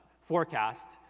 forecast